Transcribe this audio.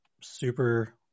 super